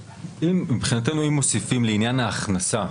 מבחינתנו, אם מוסיפים "לעניין ההכנסה",